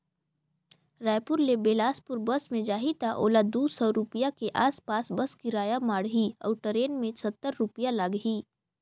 रायपुर ले बेलासपुर बस मे जाही त ओला दू सौ रूपिया के आस पास बस किराया माढ़ही अऊ टरेन मे सत्तर रूपिया लागही